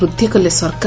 ବୃଦ୍ଧି କଲେ ସରକାର